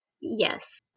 Yes